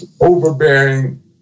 overbearing